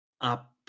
up